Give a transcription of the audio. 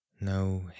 no